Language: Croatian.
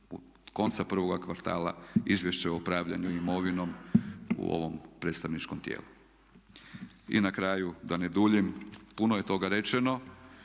konca prvoga kvartala izvješća o upravljanju imovinom u ovom predstavničkom tijelu. I na kraju da ne duljim, puno je toga rečeno,